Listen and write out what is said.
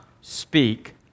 speak